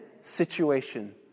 situation